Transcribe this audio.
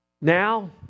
now